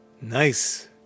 Nice